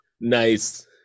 Nice